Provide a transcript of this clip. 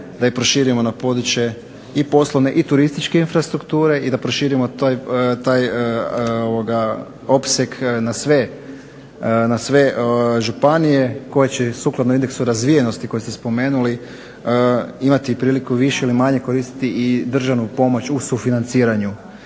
da je proširimo na područje i poslovne i turističke infrastrukture i da proširimo taj opseg na sve županije koje će sukladno indeksu razvijenosti koji ste spomenuli imati priliku više ili manje koristiti i državnu pomoć u sufinanciranju.